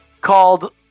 called